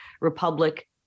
republic